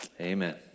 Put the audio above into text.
amen